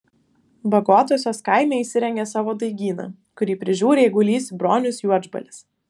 bagotosios kaime įsirengė savo daigyną kurį prižiūri eigulys bronius juodžbalis